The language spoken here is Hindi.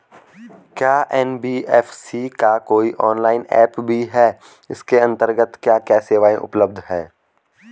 क्या एन.बी.एफ.सी का कोई ऑनलाइन ऐप भी है इसके अन्तर्गत क्या क्या सेवाएँ उपलब्ध हैं?